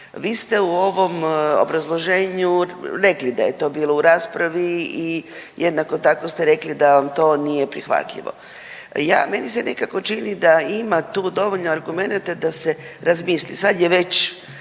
Vi ste u ovom obrazloženju rekli da je to bilo u raspravi i jednako tako ste rekli da vam to nije prihvatljivo. Ja, meni se nekako čini da ima tu dovoljno argumenata da se razmisli. Sad je već,